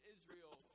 Israel